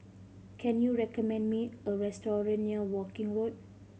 can you recommend me a restaurant near Woking Road